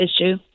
issue